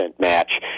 match